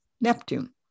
Neptune